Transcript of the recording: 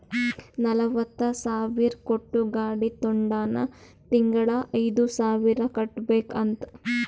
ನಲ್ವತ ಸಾವಿರ್ ಕೊಟ್ಟು ಗಾಡಿ ತೊಂಡಾನ ತಿಂಗಳಾ ಐಯ್ದು ಸಾವಿರ್ ಕಟ್ಬೇಕ್ ಅಂತ್